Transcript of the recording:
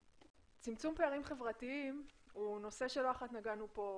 צמצום פערים חברתיים הוא נושא שלא אחת נגענו בו